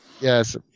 Yes